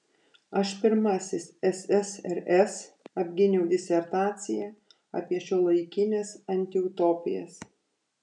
aš pirmasis ssrs apgyniau disertaciją apie šiuolaikines antiutopijas